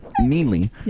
Meanly